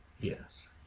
Yes